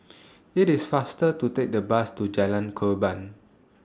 IT IS faster to Take The Bus to Jalan Korban